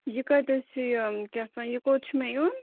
یہِ کَتیٚس چھُ یہِ کیاہ چھِ اَتھ ونان یہِ کوٚت چھُ مےٚ یُن